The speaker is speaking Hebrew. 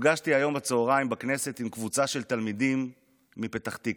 נפגשתי היום בצוהריים בכנסת עם קבוצה של תלמידים מפתח תקווה,